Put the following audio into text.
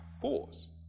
force